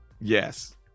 Yes